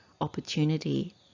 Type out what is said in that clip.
opportunity